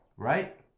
right